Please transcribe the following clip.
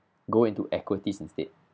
go into equities instead